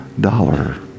dollar